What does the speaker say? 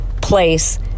place